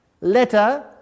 Letter